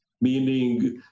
meaning